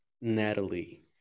natalie